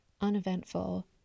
uneventful